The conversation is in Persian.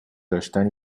داشتن